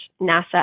NASA